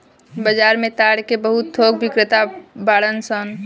बाजार में ताड़ के बहुत थोक बिक्रेता बाड़न सन